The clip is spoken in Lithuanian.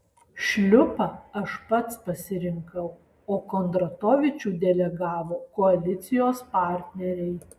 šliupą aš pats pasirinkau o kondratovičių delegavo koalicijos partneriai